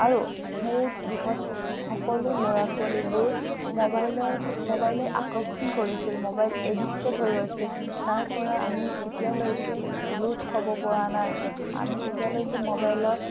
আৰু সেই দিশত সকলো ল'ৰা ছোৱালীবোৰ মোবাইলৰ মোবাইলে আকৰ্ষণ কৰি আছিল মোবাইল এডিকটেড হৈ গৈছিল তাৰপৰা আমি এতিয়ালৈকে ৰোধ হ'ব পৰা নাই আমি এতিয়ালৈকে মোবাইলৰ